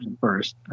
first